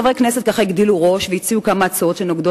חברי הכנסת הגדילו ראש והציעו כמה הצעות שנוגעות